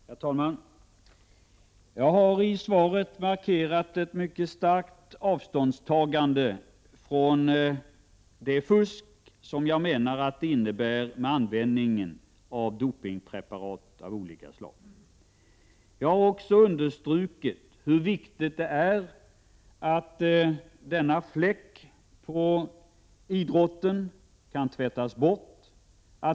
Herr talman! Jag har i svaret markerat ett mycket starkt avståndstagande från det fusk som jag menar att användningen av dopingpreparat av olika slag innebär. Jag har också understrukit hur viktigt det är att denna fläck på idrotten kan tvättas bort.